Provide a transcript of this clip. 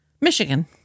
Michigan